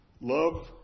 Love